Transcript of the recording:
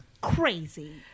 crazy